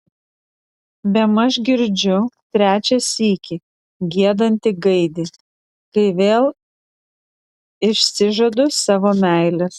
bemaž girdžiu trečią sykį giedantį gaidį kai vėl išsižadu savo meilės